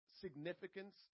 significance